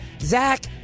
Zach